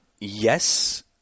Yes